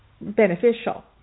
beneficial